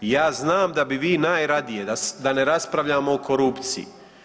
I ja znam da bi vi najradije da ne raspravljamo o korupciji.